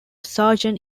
sergeant